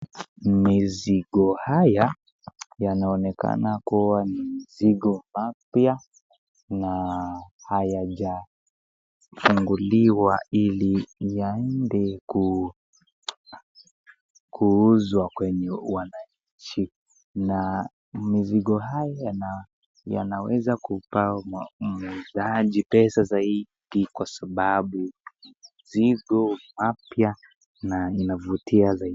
Mizigo haya, yanaonekana kuwa ni mizigo mapya na hajafunguliwa ili yaende kuuzwa kwenye wananchi, na mizigo haya yanaweza kupea muuzaji pesa zaidi kwa sababu mizigo mapya na inavutia zaidi.